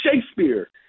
Shakespeare